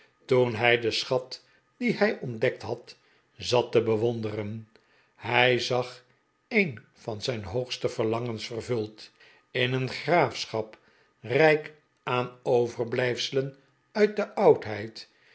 toen hij den schat dien hij ontdekt had zat te bewonderen hij zag een van zijn hoogste verlangens vervuld in een graafschap rijk aan overblijfselen uit de oudheid